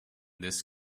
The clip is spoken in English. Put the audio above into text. this